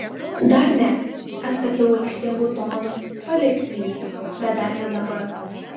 dar ne atsakiau aikštingu tonu paliksiu jį bet dar ne dabar